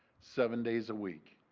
seven days a week.